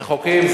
רחוקים,